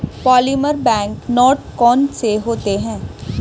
polymer bank note कौन से होते हैं